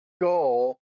goal